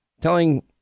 telling